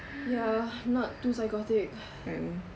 ya not too psychotic